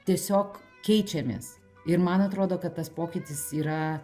tiesiog keičiamės ir man atrodo kad tas pokytis yra